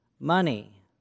money